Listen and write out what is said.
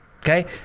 Okay